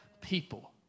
people